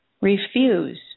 Refuse